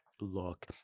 look